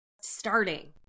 starting